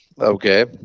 Okay